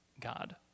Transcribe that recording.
God